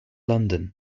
london